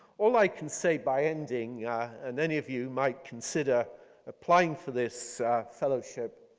all i can say by ending and any of you might consider applying for this fellowship,